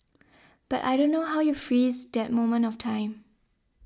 but I don't know how you freeze that moment of time